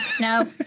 No